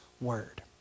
word